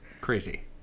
Crazy